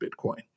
Bitcoin